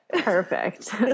perfect